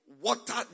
water